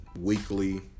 weekly